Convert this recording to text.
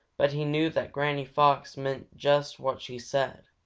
but he knew that granny fox meant just what she said,